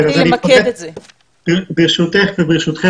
ברשותכם,